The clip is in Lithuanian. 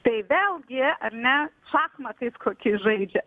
tai vėlgi ar ne šachmatais kokiais žaidžia